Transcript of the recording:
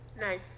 Nice